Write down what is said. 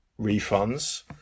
refunds